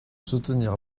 soutenir